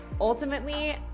Ultimately